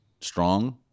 strong